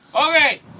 Okay